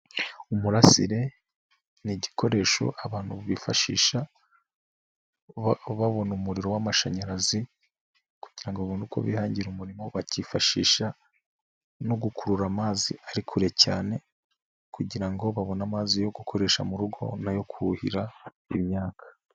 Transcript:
Umurasire ni igikoresho abantu bifashisha babona umuriro w'amashanyarazi kugira ngo babone uko bihangira umurimo, bakifashisha no gukurura amazi ari kure cyane kugira ngo babone amazi yo gukoresha mu rugo n'ayo kuhira imyaka.